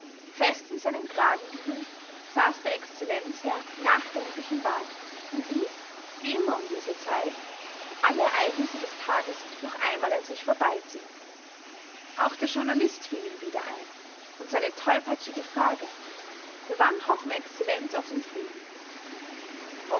fest in seinen kragen gehüllt saß der excellenzherr nachdenklich im wagen und ließ wie immer um diese zeit alle ereignisse des tages noch einmal an sich vorbeiziehen auch der journalist fiel ihm wieder ein und seine tolpatschige frage für wann hoffen excellenz auf den frieden